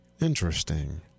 interesting